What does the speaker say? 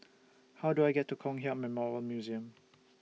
How Do I get to Kong Hiap Memorial Museum